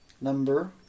Number